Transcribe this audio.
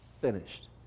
finished